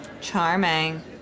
Charming